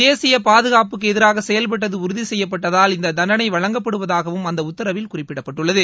தேசிய பாதுகாப்புக்கு எதிராக செயல்பட்டது உறுதிசெய்யப்பட்டதால் இந்த தண்டனை வழங்கப்படுவதாகவும் அந்த உத்தரவில் குறிப்பிடப்பட்டுள்ளது